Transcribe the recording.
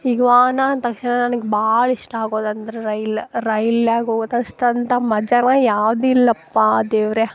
ಈಗ ವಾಹನ ಅಂದ ತಕ್ಷ್ಣ ನನಗೆ ಭಾಳ್ ಇಷ್ಟ ಆಗೋದಂದ್ರೆ ರೈಲು ರೈಲ್ಯಾಗ ಹೋಗೋದು ಅಷ್ಟು ಅಂಥ ಮಜಾನೇ ಯಾವುದೂ ಇಲ್ಲಪ್ಪ ದೇವರೇ